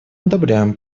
одобряем